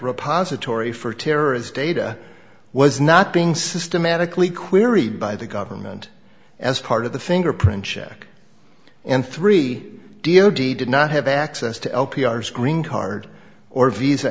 repository for terrorist data was not being systematically queried by the government as part of the fingerprint check and three d o d did not have access to l p r is green card or visa